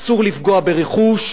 אסור לפגוע ברכוש.